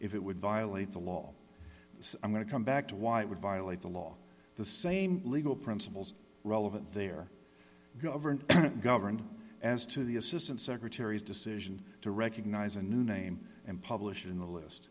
if it would violate the law i'm going to come back to why it would violate the law the same legal principles relevant their government governed as to the assistant secretaries decision to recognize a new name and publish it in the list